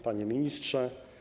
Panie Ministrze!